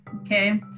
okay